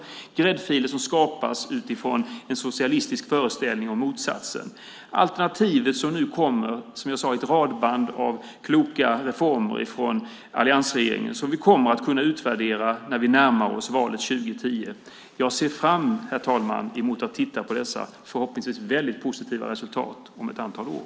Det är gräddfiler som skapas utifrån en socialistisk föreställning om motsatsen. Alternativet kommer nu i ett radband av kloka reformer från alliansregeringen som vi kommer att kunna utvärdera när vi närmar oss valet 2010. Jag ser fram emot, herr talman, att titta på dessa förhoppningsvis väldigt positiva resultat om ett antal år.